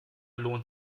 lohnt